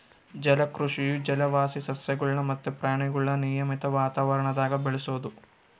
ಜಲಕೃಷಿಯು ಜಲವಾಸಿ ಸಸ್ಯಗುಳು ಮತ್ತೆ ಪ್ರಾಣಿಗುಳ್ನ ನಿಯಮಿತ ವಾತಾವರಣದಾಗ ಬೆಳೆಸೋದು